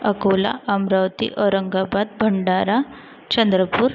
Akola Amravati Aurangabad Bhandara Chandrapur